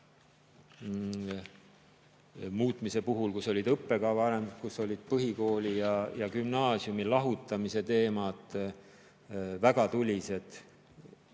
muutmise ajal, kus olid õppekava arendamise ja põhikooli ja gümnaasiumi lahutamise teemad väga tulised.